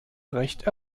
recht